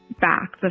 back